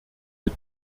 mit